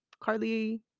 Carly